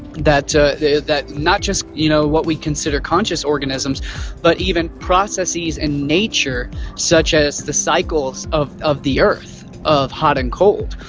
that that not just you know what we consider conscious organisms but even processes in nature such as the cycles of of the earth, of hot and cold,